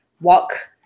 walk